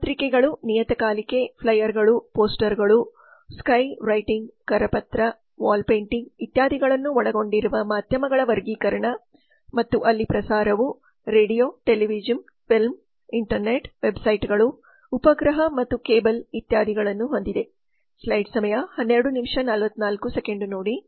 ಪತ್ರಿಕೆಗಳು ನಿಯತಕಾಲಿಕೆ ಫ್ಲೈಯರ್ಗಳು ಪೋಸ್ಟರ್ಗಳು ಸ್ಕೈ ರೈಟಿಂಗ್ ಕರಪತ್ರ ವಾಲ್ ಪೇಂಟಿಂಗ್ ಇತ್ಯಾದಿಗಳನ್ನು ಒಳಗೊಂಡಿರುವ ಮಾಧ್ಯಮಗಳ ವರ್ಗೀಕರಣ ಮತ್ತು ಅಲ್ಲಿ ಪ್ರಸಾರವು ರೇಡಿಯೋ ಟೆಲಿವಿಷನ್ ಫಿಲ್ಮ್radio televisionfilm ಇಂಟರ್ನೆಟ್ ವೆಬ್ಸೈಟ್websitesಗಳು ಉಪಗ್ರಹ ಮತ್ತು ಕೇಬಲ್ಇತ್ಯಾದಿಗಳನ್ನು ಹೊಂದಿದೆ